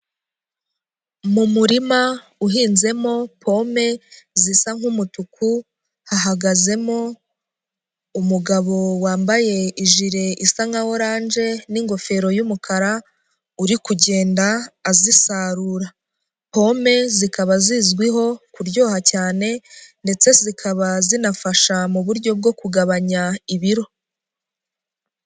Mu murima uhinzemo pome zisa nk'umutuku, hahagazemo umugabo wambaye ijile isa nka oranje n'ingofero y'umukara, uri kugenda azisarura, pome zikaba zizwiho kuryoha cyane ndetse zikaba zinafasha muburyo bwo kugabanya ibiro.